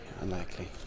Unlikely